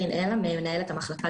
מים שמופקים מקנאביס,